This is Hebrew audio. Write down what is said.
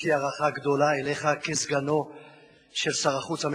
יש לי הערכה גדולה אליך כסגנו של שר החוץ המהולל,